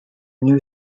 new